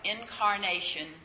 incarnation